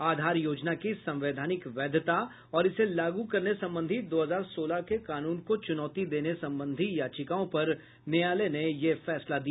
आधार योजना की संवैधानिक वैधता और इसे लागू करने संबंधी दो हजार सोलह के कानून को चुनौती देने संबंधी याचिकाओं पर न्यायालय ने यह फैसला दिया